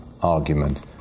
argument